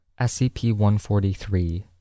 SCP-143